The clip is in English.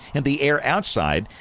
and the air outside,